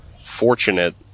fortunate